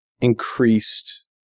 increased